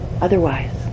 otherwise